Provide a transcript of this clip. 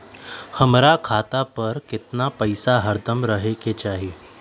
हमरा खाता पर केतना पैसा हरदम रहे के चाहि?